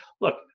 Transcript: Look